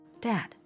Dad